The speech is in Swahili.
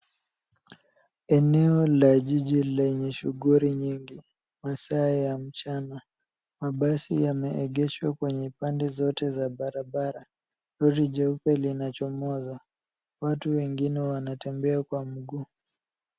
Eneo la jiji lenye shughuli nyingi masaa ya mchana. Mabasi yameegeshwa kwenye pande zote za barabara. Lori jeupe linachomoza. Watu wengine wanatembea kwa miguu.